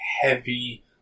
heavy